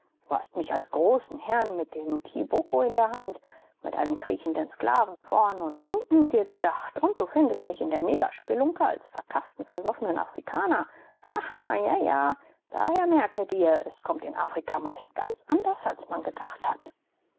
du hattest mich als großen herrn mit dem kiboko in der hand mit einem kriechenden sklaven vorn und hinten dir gedacht und du findest mich in der negerspelunke als verkafferten versoffenen afrikaner haha jaja daher merke dir es kommt in afrika meist ganz anders als man gedacht hat